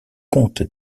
compte